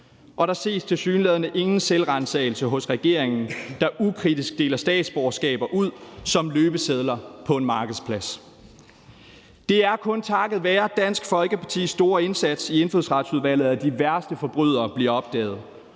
Og der ses tilsyneladende ingen selvransagelse hos regeringen, der ukritisk deler statsborgerskaber ud som løbesedler på en markedsplads. Det er kun takket være Dansk Folkepartis store indsats i Indfødsretsudvalget, at de værste forbrydere bliver opdaget.